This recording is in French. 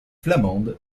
flamande